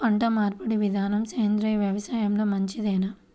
పంటమార్పిడి విధానము సేంద్రియ వ్యవసాయంలో మంచిదేనా?